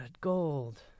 gold